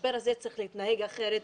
שבמשבר הזה צריך להתנהג אחרת,